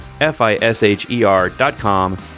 F-I-S-H-E-R.com